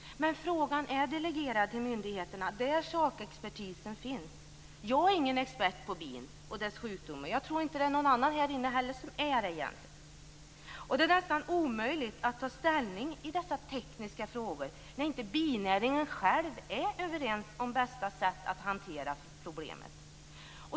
Men frågan är delegerad till myndigheterna där sakexpertisen finns. Jag är ingen expert på bin och deras sjukdomar. Jag tror inte heller att någon annan här inne är det. Det är nästan omöjligt att ta ställning i dessa tekniska frågor när man själv inom binäringen inte är överens om bästa sätt att hantera problemet.